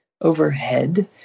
overhead